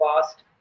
past